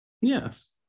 yes